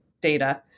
data